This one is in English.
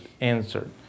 Answered